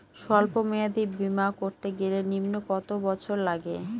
সল্প মেয়াদী বীমা করতে গেলে নিম্ন কত বছর লাগে?